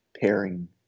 pairing